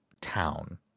town